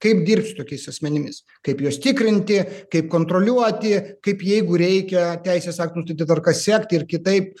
kaip dirbt su tokiais asmenimis kaip juos tikrinti kaip kontroliuoti kaip jeigu reikia teisės aktų nu tai tvarka sekti ir kitaip